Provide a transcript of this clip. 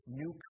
new